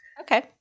Okay